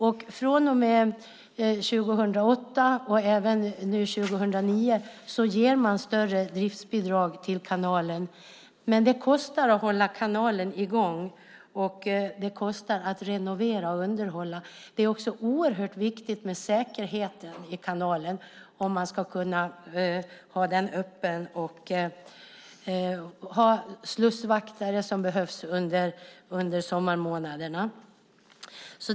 Under 2008, och även nu 2009, har man gett större driftsbidrag till kanalen, men det kostar att hålla kanalen i gång, och det kostar att renovera och underhålla. Det är också oerhört viktigt med säkerheten i kanalen om man ska kunna ha den öppen. Det behövs slussvakter under sommarmånaderna.